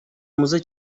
umuze